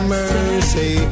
Mercy